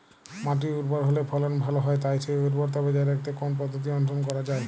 মাটি উর্বর হলে ফলন ভালো হয় তাই সেই উর্বরতা বজায় রাখতে কোন পদ্ধতি অনুসরণ করা যায়?